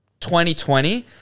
2020